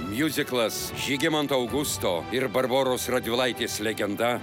miuziklas žygimanto augusto ir barboros radvilaitės legenda